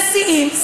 נשיאים,